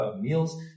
meals